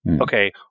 Okay